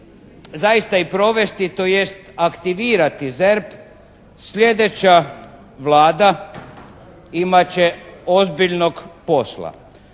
zaista i provesti tj. aktivirati ZERP sljedeća Vlada imat će ozbiljnog posla.